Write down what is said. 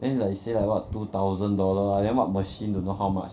then he like say like what two thousand dollar ah then what machine dunno how much